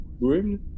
room